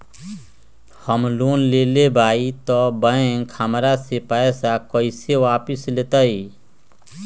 हम लोन लेलेबाई तब बैंक हमरा से पैसा कइसे वापिस लेतई?